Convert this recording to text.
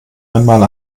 einmal